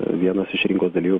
vienas iš rinkos dalyvių